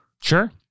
Sure